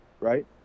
right